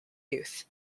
youth